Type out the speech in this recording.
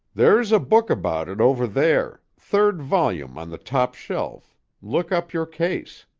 there's a book about it over there third volume on the top shelf look up your case.